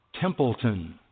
Templeton